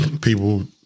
people